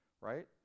right